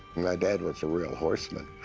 my dad was a real horseman,